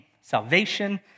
Salvation